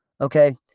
okay